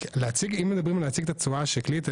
אם מדברים על להציג את התשואה השקלית,